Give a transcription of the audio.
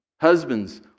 Husbands